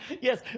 Yes